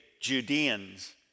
Judeans